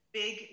big